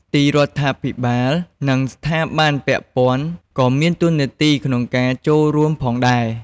ទីរដ្ឋាភិបាល និងស្ថាប័នពាក់ព័ន្ធក៏មានតួនាទីក្នុងការចូលរួមផងដែរ។